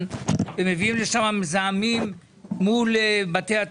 ומביאים לשם מזהמים מול בתי התושבים.